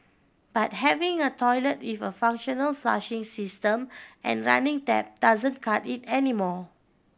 but having a toilet if a functional flushing system and running tap doesn't cut it anymore